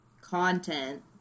content